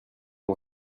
mon